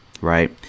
right